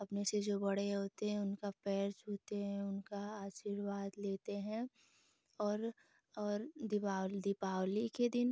अपने से जो बड़े होते हैं उनके पैर छूते हैं उनका आशीर्वाद लेते हैं और और दीवाल दीपावली के दिन